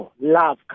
love